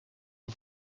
een